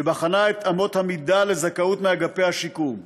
שבחנה את אמות המידה לזכאות מאגפי השיקום.